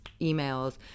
emails